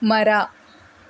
ಮರ